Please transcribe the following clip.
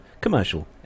commercial